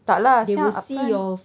tak lah sia upfront